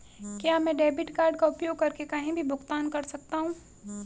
क्या मैं debit card का उपयोग करके कहीं भी भुगतान कर सकता हूं?